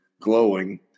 glowing